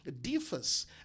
differs